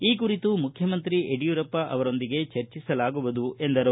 ಈ ಕುರಿತು ಮುಖ್ಯಮಂತ್ರಿ ಯಡಿಯೂರಪ್ಪ ಅವರೊಂದಿಗೆ ಚರ್ಚಿಸಲಾಗುವುದು ಎಂದರು